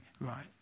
right